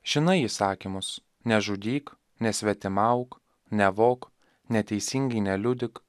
žinai įsakymus nežudyk nesvetimauk nevok neteisingai neliudyk